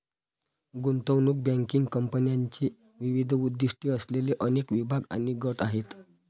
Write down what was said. गुंतवणूक बँकिंग कंपन्यांचे विविध उद्दीष्टे असलेले अनेक विभाग आणि गट आहेत